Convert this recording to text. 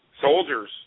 soldiers